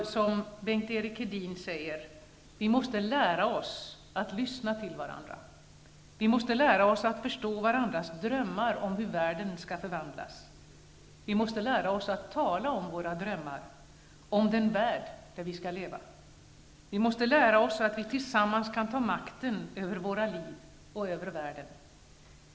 Som Benkt Vi måste lära oss att lyssna till varandra. Vi måste lära oss att förstå varandras drömmar om hur världen skall förvandlas. Vi måste lära oss att tala om våra drömmar om den värld där vi skall leva. Vi måste lära oss så att vi tillsammans kan ta makten över våra liv och över världen.